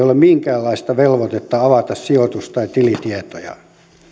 ole minkäänlaista velvoitetta avata sijoitus tai tilitietoja